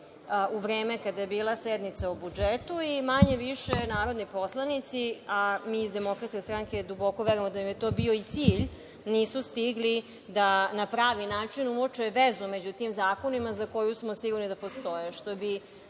u vreme kada je bila sednica o budžetu i manje-više narodni poslanici, a mi iz DS duboko verujemo da im je to bio i cilj, nisu stigli da na pravi način uoče vezu između tih zakona za koju smo sigurni da postoji. Što bi